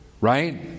right